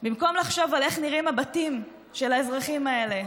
במקום לחשוב על איך נראים הבתים של האזרחים האלה,